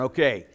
Okay